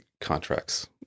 contracts